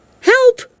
help